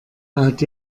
baut